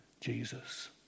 Jesus